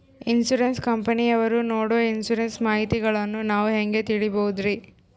Insurance ಕಂಪನಿಯವರು ನೇಡೊ insurance ಮಾಹಿತಿಗಳನ್ನು ನಾವು ಹೆಂಗ ತಿಳಿಬಹುದ್ರಿ?